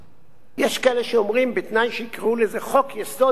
בתנאי שיקראו לזה "חוק-יסוד: ביטול חוק-יסוד: ירושלים".